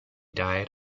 died